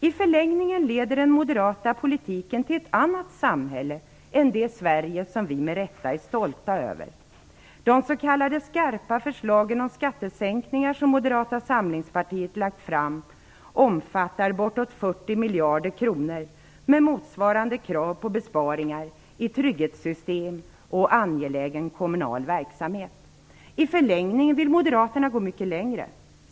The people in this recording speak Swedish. I förlängningen leder den moderata politiken till ett annat samhälle än det Sverige som vi med rätta är stolta över. De s.k. skarpa förslag om skattesänkningar som Moderata samlingspartiet lagt fram omfattar bortåt 40 miljarder kronor, med motsvarande krav på besparingar i trygghetssystem och angelägen kommunal verksamhet. I förlängningen vill Moderaterna gå mycket längre.